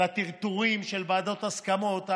בגלל הטרטורים של ועדות הסכמות,